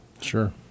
Sure